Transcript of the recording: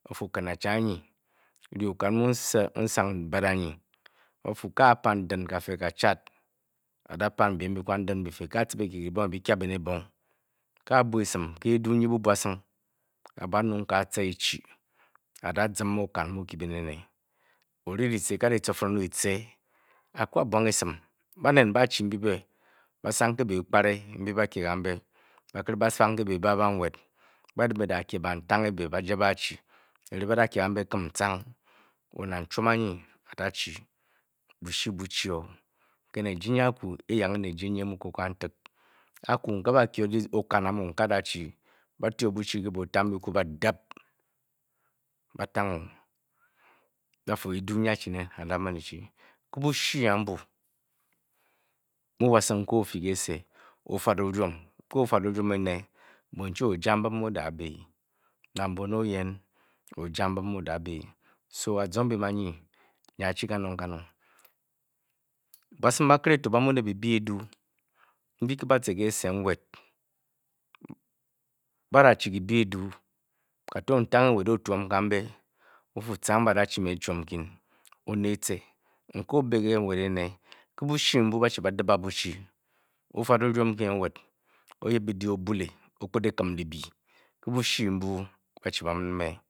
Kan achi anyi, Ri okan mu n|sang. n-bat anyi a a|pan din, kafee. kachat, a-bapan byem mbyi kwan din byife a a|cibi byi-kya be ebong. A a|bura esim ke eduu nyi bwasing n-bakpet aca echi, a-daziim okan mu n|kye ben ene o-dene sane, ori dyici, a dyicaforong duce, a-bwa ng esim, anyi benen baa|ehi mbyi ebe, ba-sang ke biikpare, ba-sang ke bii ba banwet ba-dem eda kye bantange nwet ebe bajebe achi eringe nyi badakye kambe kimchat, wo nang chwom anyi ada|chi bushi bu|chi o ke na ejii nyi aku, e|yange ne eyii nyi kantik. Ejii nyi aku, a ba|kye okan amu adachi, Ba-ti o buchi ke be tambyiku ba-dim, ba-tange, eduu nyi e|chi neen, ade|man echike bushi ambu mu we sing a o|fyi ke kyise o-fat orwom. A o|fat anam ene, bonchi ooja mbim mu edaa ebi nang bone oyen, ooja so, azong byem anyi nyi a-chi kanong kanong. Bwesing bakeri ba|mu ne byibi eduu mbyi ba|ce ke kyise nwet badachi byi bi eduu, a ba|ce ke kyise nwet kato ntange ebe ke o|twom kambe o|fa ca ng badachi me chwom nkyi o-ne ece nke a o|be nwet ke bushi mbu ba|chi be dip buchi o-fat orwom o-yip byidi o-bule ke bushi mbu ba|chi ba-min a